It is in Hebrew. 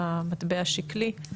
למטבע השקלי,